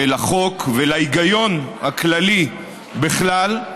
לחוק ולהיגיון הכללי בכלל,